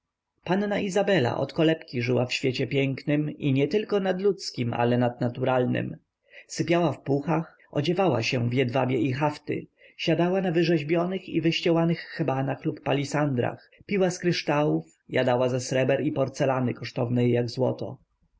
panna izabela od kolebki żyła w świecie pięknym i nietylko nadludzkim ale nadnaturalnym sypiała w puchach odziewała się w jedwabie i hafty siadała na rzeźbionych i wyścielanych hebanach lub palisandrach piła z kryształów jadała ze sreber i porcelany kosztownej jak złoto